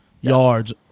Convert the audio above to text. yards